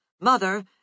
Mother